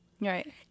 Right